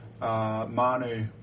Manu